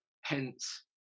hence